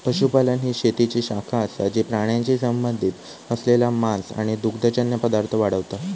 पशुपालन ही शेतीची शाखा असा जी प्राण्यांशी संबंधित असलेला मांस आणि दुग्धजन्य पदार्थ वाढवता